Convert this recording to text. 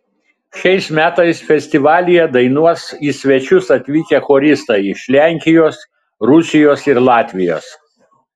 šiais metais festivalyje dainuos į svečius atvykę choristai iš lenkijos rusijos ir latvijos